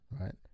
right